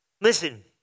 Listen